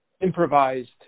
improvised